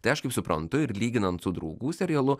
tai aš kaip suprantu ir lyginant su draugų serialu